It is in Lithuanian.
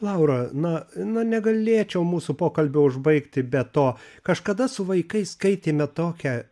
laura na na negalėčiau mūsų pokalbio užbaigti be to kažkada su vaikais skaitėme tokią